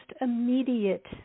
immediate